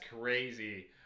crazy